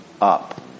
up